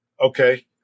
Okay